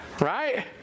right